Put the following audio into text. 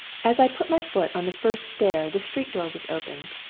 as i put my foot on the first stair the street door was opened,